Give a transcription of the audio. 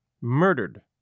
murdered